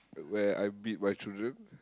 where I beat my children